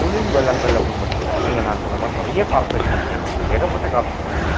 தொழில் வளங்கள் அப்படின்னு பார்த்தீங்கன்னா நீங்கள் நான் சொன்ன மாதிரி நிறைய கார்ப்ரேட் கம்பெனி இருக்குது ஏகப்பட்ட கார்ப்ரேட் கம்பெனி